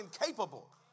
incapable